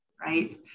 right